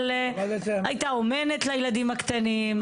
אבל הייתה אומנת לילדים הקטנים,